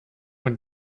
und